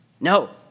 No